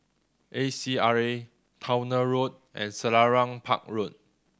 A C R A Towner Road and Selarang Park Road